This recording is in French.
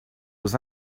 aux